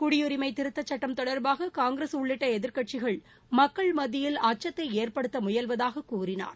குடியுரிமை திருத்தச்சுட்டம் தொடர்பாக காங்கிரஸ் உள்ளிட்ட எதிர்க்கட்சிகள் மக்கள் மத்தியில் அச்சத்தை ஏற்படுத்த முயல்வதாக கூறினார்